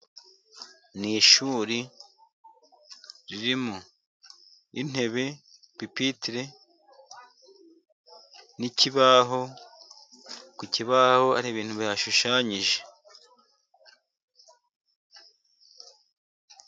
Ni ishuri ririmo intebe pipitire n'ikibaho, ku kibaho hari ibintu bihashushanyije.